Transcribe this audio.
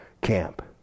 camp